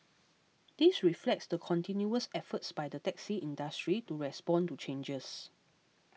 this reflects the continuous efforts by the taxi industry to respond to changes